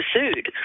pursued